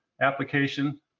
application